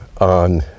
on